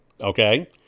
okay